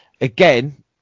again